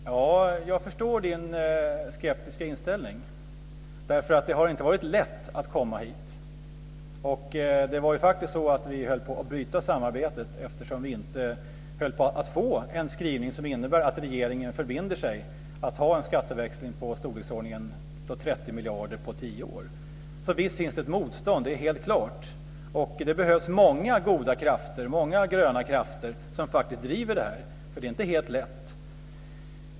Fru talman! Jag förstår Rolf Kenneryds skeptiska inställning, därför att det inte har varit lätt att komma hit. Vi höll faktiskt på att bryta samarbetet, eftersom vi inte höll på att få en skrivning som innebär att regeringen förbinder sig att ha en skatteväxling på i storleksordningen 30 miljarder under tio år. Så visst finns det ett motstånd. Det är helt klart. Och det behövs många goda krafter, många gröna krafter, som faktiskt driver detta, eftersom det inte är helt lätt.